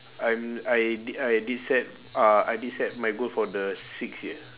I'm I di~ I did set uh I did set my goal for the sixth year